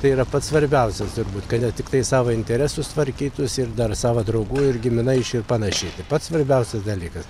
tai yra pats svarbiausias turbūt kad ne tiktai savo interesus tvarkytųsi ir dar savo draugų ir giminaičių ir panašiai tai pats svarbiausias dalyka